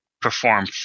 perform